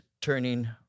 turning